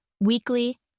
weekly